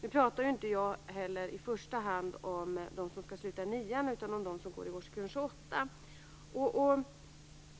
Nu pratar inte jag heller i första hand om dem som skall sluta nian utan om dem som går i årskurs 8.